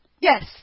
Yes